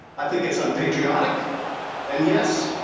i think it's unpatriotic and yes,